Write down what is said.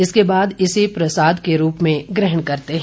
इसके बाद इसे प्रसाद के रूप में ग्रहण करते हैं